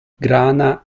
grana